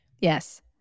Yes